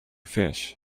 fish